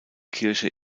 kirche